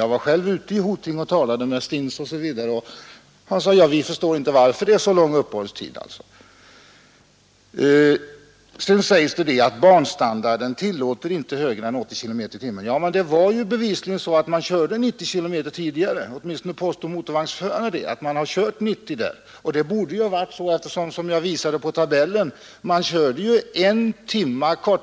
Jag var själv ute och talade med dem, och de svarade: ”Vi förstår inte varför det är så lång uppehållstid.” Vidare sägs att banstandarden inte tillåter högre hastighet än 80 kilometer per timme. Men enligt uppgift av motorvagnsförarna hade man tidigare kört med en hastighet av 90 kilometer per timme på samma sträcka. Det måste väl vara riktigt, eftersom